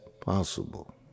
possible